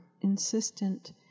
insistent